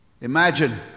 Imagine